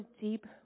deep